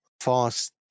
fast